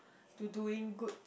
to doing good